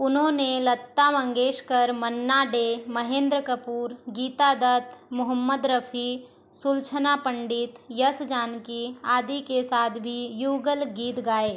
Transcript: उन्होंने लता मंगेशकर मन्ना डे महेंद्र कपूर गीता दत्त मुहम्मद रफ़ी सुलक्षणा पंडित यश जानकी आदि के साथ भी युगल गीत गाए